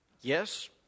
Yes